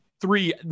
three